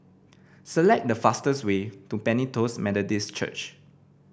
select the fastest way to Pentecost Methodist Church